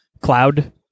Cloud